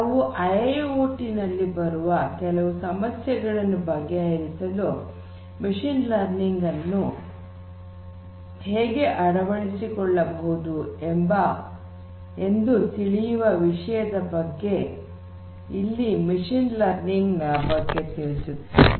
ನಾವು I I O T ನಲ್ಲಿ ಬರುವ ಕೆಲವು ಸಮಸ್ಯೆಗಳನ್ನು ಬಗೆಹರಿಸಲು ಮಷೀನ್ ಲರ್ನಿಂಗ್ ಅನ್ನು ಹೇಗೆ ಅಳವಡಿಸಿಕೊಳ್ಳಬಹುದು ಎಂದು ತಿಳಿಯುವ ಉದ್ದೇಶದಿಂದ ಇಲ್ಲಿ ಮಷೀನ್ ಲರ್ನಿಂಗ್ ನ ಬಗ್ಗೆ ತಿಳಿಸುತ್ತೇನೆ